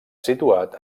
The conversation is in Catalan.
situat